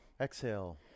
Exhale